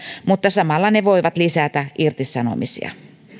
mutta samalla ne voivat lisätä irtisanomisia